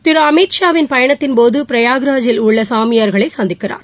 திரு அமித்ஷாவின் பயணத்தின்போது ப்ரையார்ராஜில் உள்ள சாமியார்களை சந்திக்கிறார்